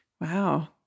Wow